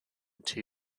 two